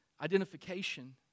identification